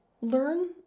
Learn